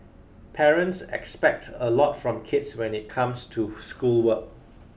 parents expect a lot from kids when it comes to schoolwork